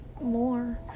more